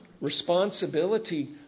responsibility